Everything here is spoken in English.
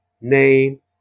name